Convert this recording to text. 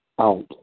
out